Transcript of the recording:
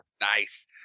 nice